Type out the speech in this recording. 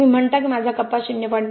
तुम्ही म्हणता की माझा कप्पा 0